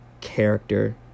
character